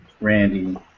Randy